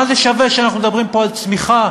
מה זה שווה שאנחנו מדברים פה על צמיחה,